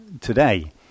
today